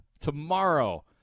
Tomorrow